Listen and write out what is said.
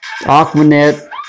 aquanet